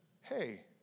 hey